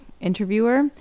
interviewer